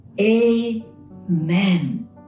amen